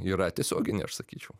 yra tiesioginė aš sakyčiau